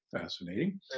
fascinating